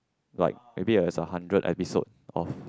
like maybe as a hundred episode of